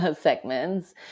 segments